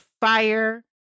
fire